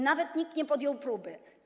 Nawet nikt nie podjął próby.